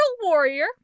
warrior